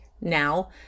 now